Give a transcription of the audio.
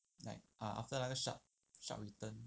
like ah after 那个 sharp sharp return